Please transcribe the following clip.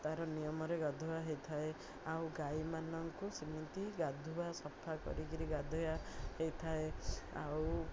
ତା'ର ନିୟମରେ ଗାଧୁଆ ହେଇଥାଏ ଆଉ ଗାଈମାନଙ୍କୁ ସେମିତି ଗାଧୁଆ ସଫା କରିକି ଗାଧୁଆ ହେଇଥାଏ ଆଉ